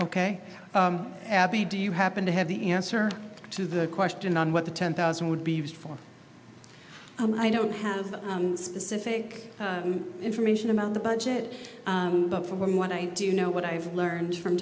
abby do you happen to have the answer to the question on what the ten thousand would be used for i don't have specific information about the budget but from what i do know what i've learned from